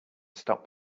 stop